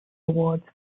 awards